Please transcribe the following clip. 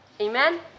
Amen